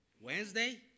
Wednesday